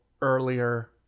earlier